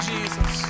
Jesus